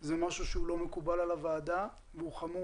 זה משהו שהוא לא מקובל על הוועדה והוא חמור